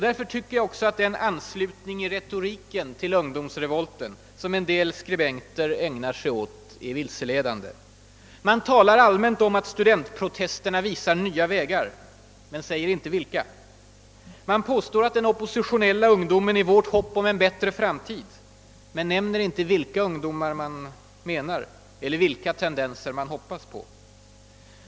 Därför tycker jag också att den anslutning i retoriken till ungdomsrevolten, som en del skribenter ägnar sig åt, är vilseledande. Man talar allmänt om att studentprotesterna visar nya vägar — men säger inte vilka. Man påstår att den oppositionella ungdomen är vårt hopp om en bättre framtid — men nämner inte vilka ungdomar man menar eller vilka tendenser man hoppas på.